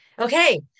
okay